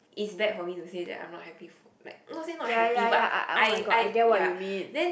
is bad for me to say that I am not happy not say not happy but I I ya then